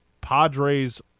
Padres